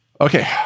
okay